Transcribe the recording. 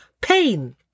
Pain